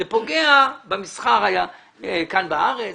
זה פוגע במסחר כאן בארץ.